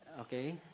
Okay